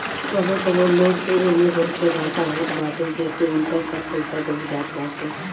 कबो कबो लोग के एमे बहुते घाटा होत बाटे जेसे उनकर सब पईसा डूब जात बाटे